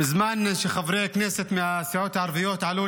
בזמן שחברי הכנסת מהסיעות הערביות עלו